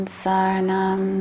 sarnam